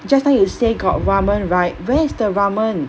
just now you say got ramen right where is the ramen